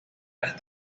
las